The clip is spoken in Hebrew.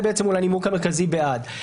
זה הנימוק המרכזי בעד.